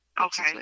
Okay